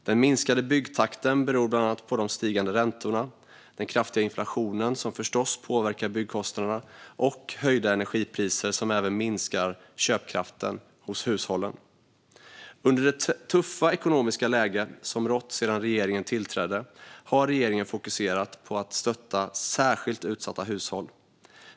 Den minskade byggtakten beror bland annat på de stigande räntorna, den kraftiga inflationen, som förstås påverkar byggkostnaderna, och höjda energipriser som även minskar köpkraften hos hushållen. Under det tuffa ekonomiska läge som rått sedan regeringen tillträdde har regeringen fokuserat på att stötta särskilt utsatta hushåll.